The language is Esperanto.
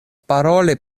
paroli